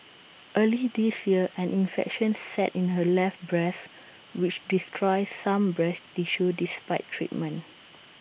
early this year an infection set in her left breast which destroyed some breast tissue despite treatment